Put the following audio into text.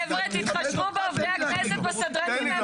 חבר'ה, תתחשבו בעובדי הכנסת, בסדרנים.